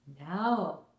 Now